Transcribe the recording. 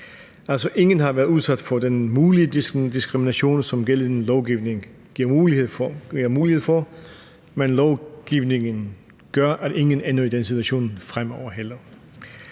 ingen har været udsat for den mulige diskrimination, som gældende lovgivning giver mulighed for, men lovgivningen her gør, at ingen, heller ikke fremover, ender